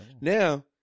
Now